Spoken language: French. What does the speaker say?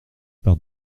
par